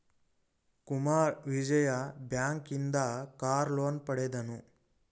Kumara Vijaya bank ಇಂದ car loan ಪಡೆದನು